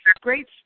great